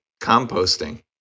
composting